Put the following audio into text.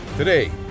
Today